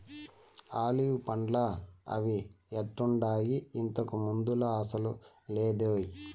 olive పండ్లా అవి ఎట్టుండాయి, ఇంతకు ముందులా అసలు లేదోయ్